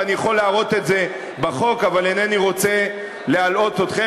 ואני יכול להראות את זה בחוק אבל אינני רוצה להלאות אתכם.